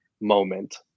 moment